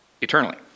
eternally